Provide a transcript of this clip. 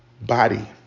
body